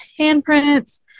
handprints